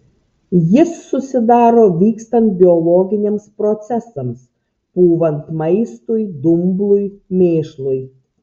jis susidaro vykstant biologiniams procesams pūvant maistui dumblui mėšlui